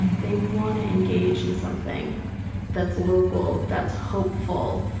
they want to engage in something that's local, that's hopeful,